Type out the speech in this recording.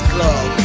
Club